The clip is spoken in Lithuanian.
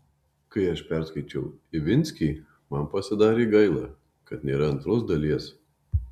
kai aš perskaičiau ivinskį man pasidarė gaila kad nėra antros dalies